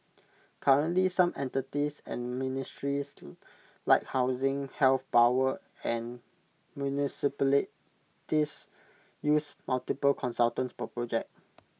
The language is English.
currently some entities and ministries like housing health power and municipalities use multiple consultants per project